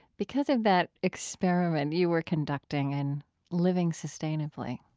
because of that experiment you were conducting in living sustainably